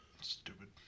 Stupid